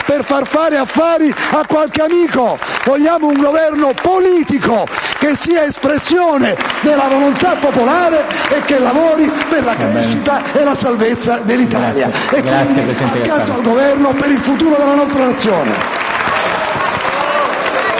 per far fare affari a qualche amico! Vogliamo un Governo politico, che sia espressione della volontà popolare e che lavori per la crescita e la salvezza dell'Italia! E quindi: accanto al Governo per il futuro della nostra Nazione! *(Vivi